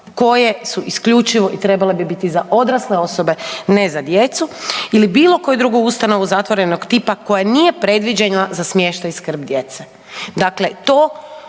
koje su isključivo i trebale bi biti za odrasle osobe ne za djecu ili bilo koju drugu ustanovu zatvorenog tipa koja nije predviđena za smještaj i skrb djece. Dakle, to